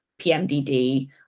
PMDD